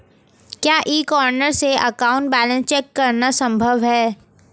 क्या e corner से account balance check करना संभव है?